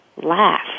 laugh